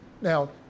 Now